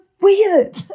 weird